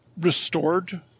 restored